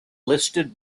listed